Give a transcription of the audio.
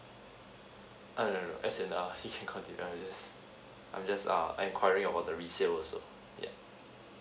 err no no as in uh he can count it I'm just I'm just uh enquiring about the resales also yeah